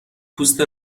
پوست